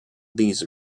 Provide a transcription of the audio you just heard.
these